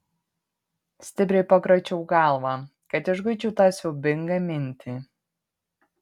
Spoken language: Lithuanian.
stipriai pakračiau galvą kad išguičiau tą siaubingą mintį